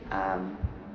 um